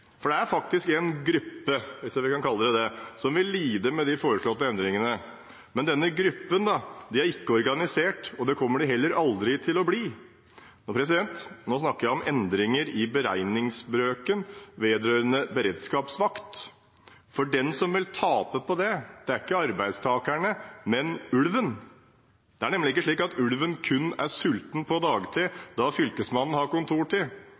for det er faktisk en gruppe, hvis jeg kan kalle det det, som vil lide med de foreslåtte endringene. Men denne «gruppen» er ikke organisert, og det kommer den heller aldri til å bli. Nå snakker jeg om endringer i beregningsbrøken vedrørende beredskapsvakt. For den som vil tape på det, er ikke arbeidstakerne, men ulven. Det er nemlig ikke slik at ulven kun er sulten på dagtid når Fylkesmannen har